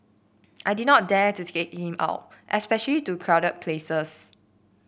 I did not dare to take him out especially to crowded places